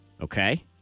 Okay